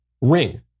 ring